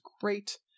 great